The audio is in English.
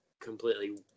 completely